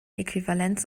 äquivalenz